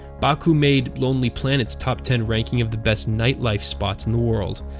baku made lonely planet's top ten ranking of the best nightlife spots in the world.